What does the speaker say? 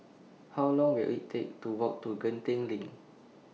How Long Will IT Take to Walk to LINK